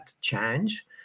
change